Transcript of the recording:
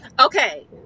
okay